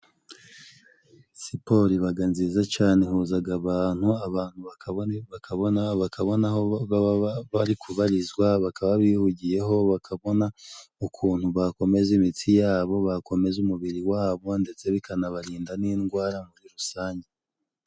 Siporo ibaga nziza cane ihuzaga abantu abantu bakabona aho baba bari kubarizwa, bakaba bihugiyeho bakabona ukuntu bakomeza imitsi yabo bakomeza umubiri wabo, ndetse bikanabarinda n'indwara muri rusange.